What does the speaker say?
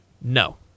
No